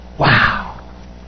wow